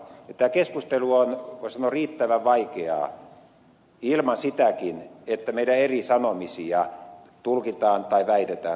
tämä keskustelu on voisi sanoa riittävän vaikeaa ilman sitäkin että meidän eri sanomisiamme tulkitaan tai väitetään toiseksi